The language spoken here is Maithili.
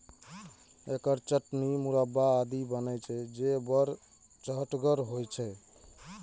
एकर चटनी, मुरब्बा आदि बनै छै, जे बड़ चहटगर होइ छै